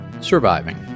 surviving